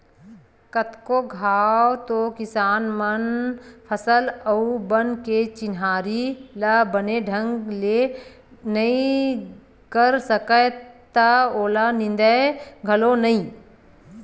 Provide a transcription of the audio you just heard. कतको घांव तो किसान मन फसल अउ बन के चिन्हारी ल बने ढंग ले नइ कर सकय त ओला निंदय घलोक नइ